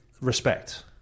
respect